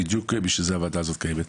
בדיוק בשביל זה הוועדה הזאת קיימת.